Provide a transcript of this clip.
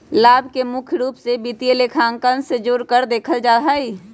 लाभ के मुख्य रूप से वित्तीय लेखांकन से जोडकर देखल जा हई